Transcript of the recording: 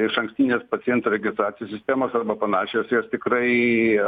išankstinės pacientų registracijos sistemos arba panašios jos tikrai